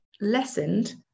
lessened